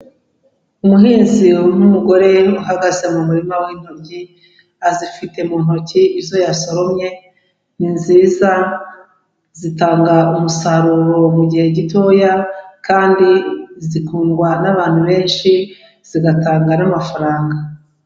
Umuhinzi n'umugore uhagaze mu murima w'intoryi, azifite mu ntoki izo yasoromye, ni nziza zitanga umusaruro mu gihe gitoya, kandi zikundwa n'abantu benshi zigatanga n'amafaranga.